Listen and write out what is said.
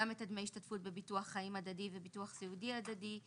גם את דמי ההשתתפות בביטוח חיים הדדי וביטוח סיעודי הדדי,